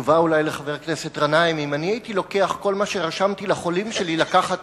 תשובה לחבר הכנסת גנאים: אם הייתי לוקח כל מה שרשמתי לחולים שלי לקחת,